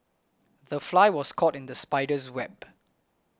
the fly was caught in the spider's web